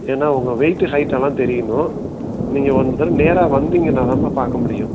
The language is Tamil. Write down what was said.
ஏன்னா உங்கள் வெயிட் ஹயிட்டெல்லாம் தெரியணும் நீங்கள் வந்து இந்த பாருங்கள் நேராக வந்தீங்கனா தாம்மா பார்க்க முடியும்